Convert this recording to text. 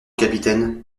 capitaine